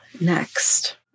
next